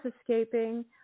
escaping